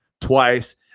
twice